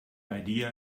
idea